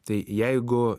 tai jeigu